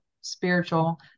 spiritual